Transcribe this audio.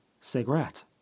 cigarette